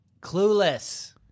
Clueless